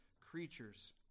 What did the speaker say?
creatures